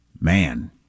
man